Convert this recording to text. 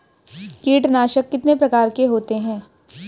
कीटनाशक कितने प्रकार के होते हैं?